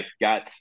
got